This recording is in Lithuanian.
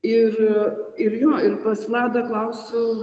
ir ir jo ir pas vladą klausiu